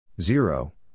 zero